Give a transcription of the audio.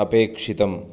अपेक्षितम्